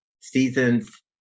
seasons